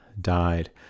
died